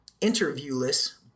interviewless